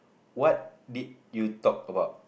what did you talk about